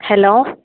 hello